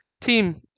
team